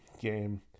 Game